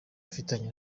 afitanye